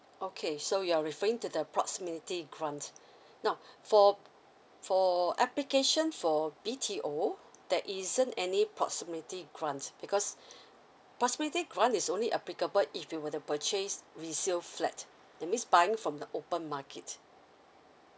okay so you're referring to the proximity grant now for for application for B_T_O there isn't any proximity grant because proximity grant is only applicable if you were to purchase resale flat that means buying from the open market